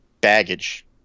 baggage